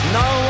no